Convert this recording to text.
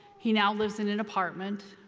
he now lives in an apartment,